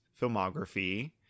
filmography